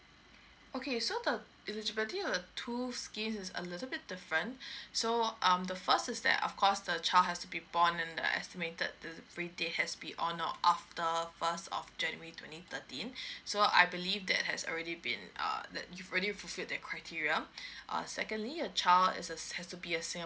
okay so the eligibility err two scheme is a little bit different so um the first is that of course the child has to be born in the estimated eligibility has been honour of the first of january twenty thirteen so I believe that has already been err that it's already fulfilled that criteria err secondly a child has err has to be a singaporean